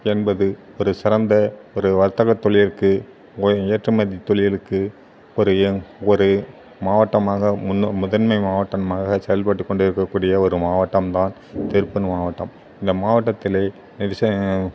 என்பது ஒரு சிறந்த ஒரு வர்த்தக தொழிலுக்கு ஒரு ஏற்றுமதி தொழிலுக்கு புரியும் ஒரு மாவட்டமாக முன் முதன்மை மாவட்டமாக செயல்பட்டு கொண்டிருக்க கூடிய ஒரு மாவட்டம் தான் திருப்பூர் மாவட்டம் இந்த மாவட்டத்தில்